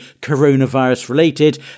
coronavirus-related